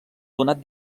donat